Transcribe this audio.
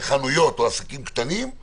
מיקי --- אתה גם נותן לעסק קטן 24 שעות לסגור?